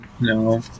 No